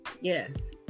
Yes